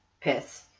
piss